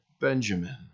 Benjamin